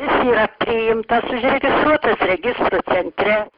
jis yra priimtas užregistruotas registrų centre